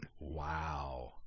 Wow